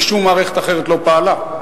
כי שום מערכת אחרת לא פעלה,